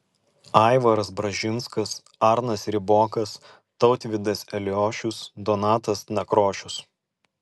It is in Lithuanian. aivaras bražinskas arnas ribokas tautvydas eliošius donatas nakrošius